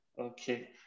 Okay